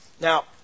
Now